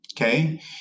Okay